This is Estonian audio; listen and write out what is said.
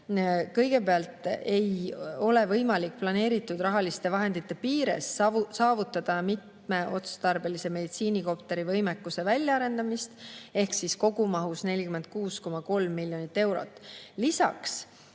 Kõigepealt ei ole võimalik planeeritud rahaliste vahendite piires saavutada mitmeotstarbelise meditsiinikopteri võimekuse väljaarendamist. Selle kogumaht on 46,3 miljonit eurot.